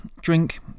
drink